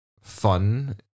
fun